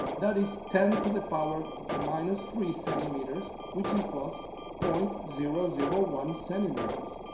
that is ten to the power of minus three centimeters, which equals point zero zero one centimeters.